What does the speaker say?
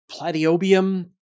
Platyobium